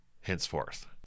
henceforth